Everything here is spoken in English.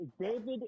David